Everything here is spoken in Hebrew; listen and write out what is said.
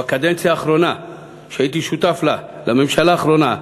ובקדנציה האחרונה שהייתי שותף לה, לממשלה האחרונה,